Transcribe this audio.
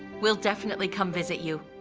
we'll definitely come visit you,